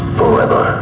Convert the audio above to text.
forever